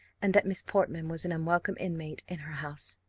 and that miss portman was an unwelcome inmate in her house.